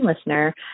listener